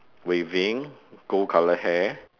waving gold colour hair